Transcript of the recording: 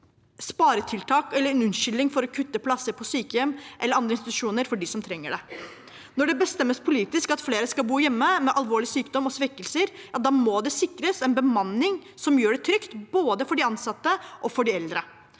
sparetiltak eller unnskyldning for å kutte plasser på sykehjem eller andre institusjoner for dem som trenger det. Når det bestemmes politisk at flere skal bo hjemme med alvorlig sykdom og svekkelser, må det sikres en bemanning som gjør det trygt både for de ansatte og for de eldre.